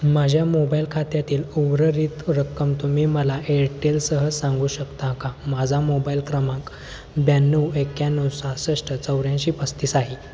माझ्या मोबाईल खात्यातील उर्वरित रक्कम तुम्ही मला एअरटेलसह सांगू शकता का माझा मोबाईल क्रमांक ब्याण्णव एक्याण्णव सहासष्ट चौऱ्याऐंशी पस्तीस आहे